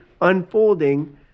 unfolding